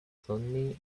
sunni